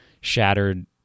shattered